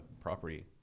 property